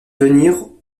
venir